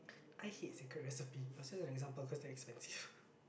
I hate secret recipe it was just an example because they are expensive